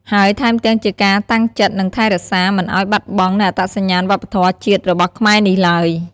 ហើយថែមទាំងជាការតាំងចិត្ត និងថែរក្សាមិនឱ្យបាត់បង់នូវអត្តសញ្ញាណវប្បធម៌ជាតិរបស់ខ្មែរនេះឡើយ។